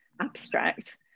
abstract